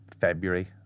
february